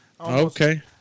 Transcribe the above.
Okay